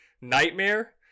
Nightmare